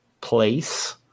place